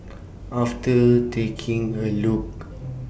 after taking A Look